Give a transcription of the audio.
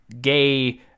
gay